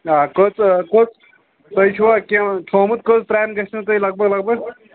آ کٔژ کوٚت تۄہہِ چھُوا کیٚنٛہہ تھوٚمُت کٔژ ترٛامہِ گژھِ نو تۄہہِ لگ بگ لگ بگ